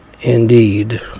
indeed